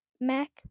Mac